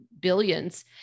billions